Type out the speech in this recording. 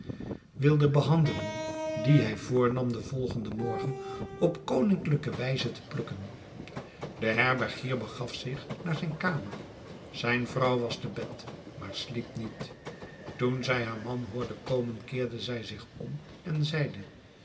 wilde behandelen dien hij voornam den volgenden morgen op koninklijke wijze te plukken de herbergier begaf zich naar zijn kamer zijn vrouw was te bed maar sliep niet toen zij haar man hoorde komen keerde zij zich om en zeide